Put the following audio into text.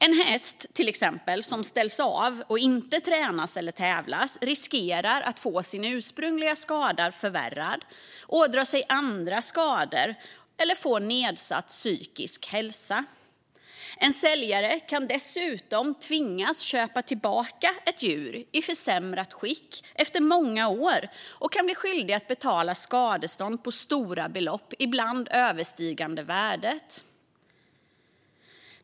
En häst som ställs av och inte tränas eller tävlas med riskerar att få sin ursprungliga skada förvärrad, ådra sig andra skador eller få nedsatt psykisk hälsa. En säljare kan dessutom tvingas köpa tillbaka ett djur i försämrat skick efter många år och kan bli skyldig att betala skadestånd på stora belopp, ibland överstigande värdet.